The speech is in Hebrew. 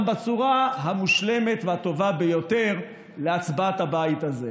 בצורה המושלמת והטובה ביותר להצבעת הבית הזה.